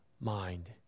mind